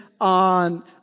on